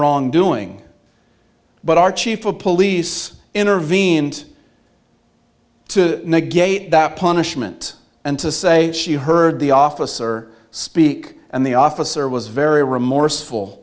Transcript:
wrongdoing but our chief of police intervened to negate that punishment and to say she heard the officer speak and the officer was very remorseful